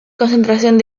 concentración